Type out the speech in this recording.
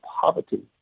poverty